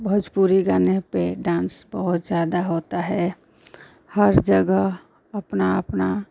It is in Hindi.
भोजपुरी गाने पर डान्स बहुत ज़्यादा होता है हर जगह अपना अपना